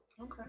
Okay